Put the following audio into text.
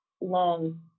long